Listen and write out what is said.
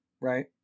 right